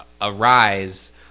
arise